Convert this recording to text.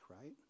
right